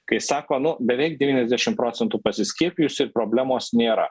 kai sako nu beveik devyniasdešim procentų pasiskiepijusių ir problemos nėra